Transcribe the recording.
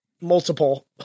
multiple